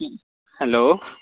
hello